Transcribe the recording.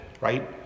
right